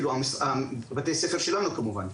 כלומר בתי הספר שלנו כמובן.